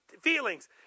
feelings